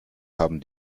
haben